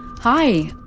hi!